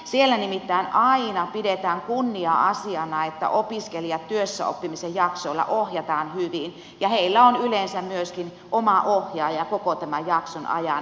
siellä nimittäin aina pidetään kunnia asiana että opiskelijat työssäoppimisen jaksoilla ohjataan hyvin ja heillä on yleensä myöskin oma ohjaaja koko tämän jakson ajan